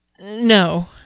No